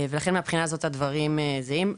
לכן מהבחינה הזאת הדברים זהים.